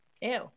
Ew